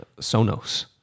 Sonos